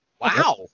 wow